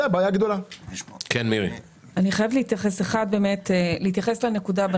אני רוצה להתייחס לנקודה של